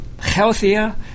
healthier